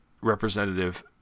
representative